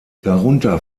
darunter